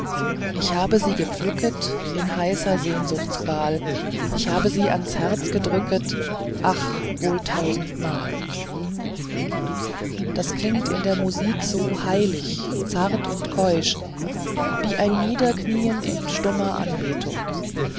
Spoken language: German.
ich habe sie gepflücket in heißer sehnsuchtsqual ich habe sie ans herz gedrücket ach wohl eintausendmal das klingt in der musik so heilig zart und keusch wie ein niederknien in stummer anbetung